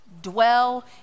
Dwell